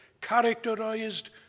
characterized